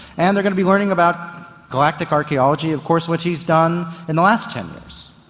and going to be learning about galactic archaeology of course, which he's done in the last ten years.